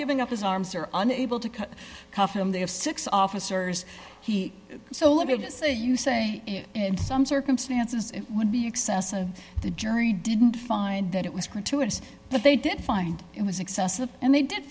giving up his arms are unable to cut cuff him they have six officers he so let me just say you say in some circumstances it would be excessive the jury didn't find that it was gratuitous but they did find it was excessive and they did